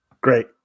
Great